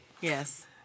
Yes